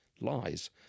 lies